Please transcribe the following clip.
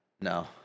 No